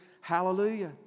hallelujah